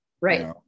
Right